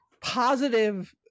positive